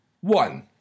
one